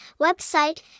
Website